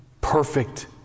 perfect